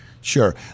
Sure